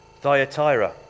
Thyatira